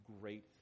great